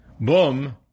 boom